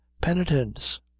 penitence